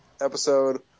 episode